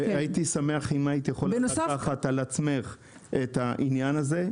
הייתי שמח אם היית יכולה לקחת על עצמך את העניין הזה.